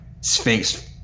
sphinx